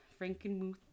Frankenmuth